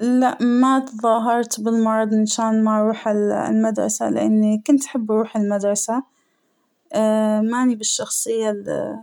لا ما تظاهرت بالمرض منشان ما أروح المدرسة ، لأنى كنت أحب أروح المدرسة ، اا- مانى بالشخصية اللى